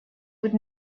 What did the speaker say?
would